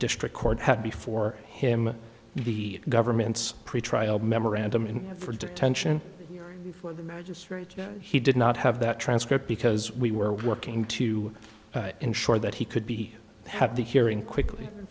district court had before him the government's pretrial memorandum and for detention for the magistrate he did not have that transcript because we were working to ensure that he could be have the hearing quickly